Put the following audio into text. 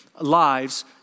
lives